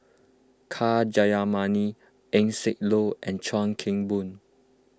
K Jayamani Eng Siak Loy and Chuan Keng Boon